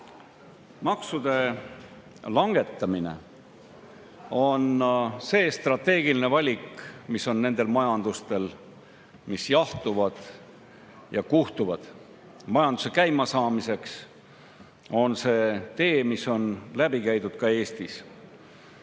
maksude langetamine on see strateegiline valik, mis on nendel majandustel, mis jahtuvad ja kuhtuvad. Majanduse käimasaamiseks on see tee, mis on läbi käidud ka Eestis.